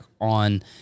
on